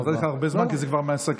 נתתי לך הרבה זמן, כי זה כבר מסקרן.